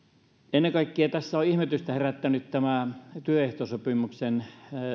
ennen kaikkea tässä on ihmetystä herättänyt tämä työehtosopimuksen